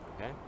Okay